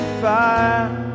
fire